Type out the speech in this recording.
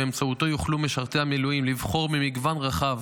ובאמצעותו יוכלו משרתי המילואים לבחור ממגוון רחב